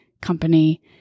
company